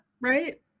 Right